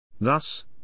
Thus